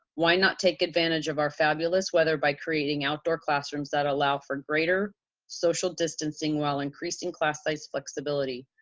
why not take advantage of our fabulous weather by creating outdoor classrooms that allow for greater social distancing while increasing class size flexibility?